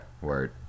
word